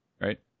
right